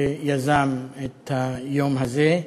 שיזם את היום הזה.